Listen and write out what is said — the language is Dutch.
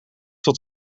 tot